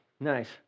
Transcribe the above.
Nice